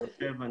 באר שבע,